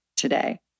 Today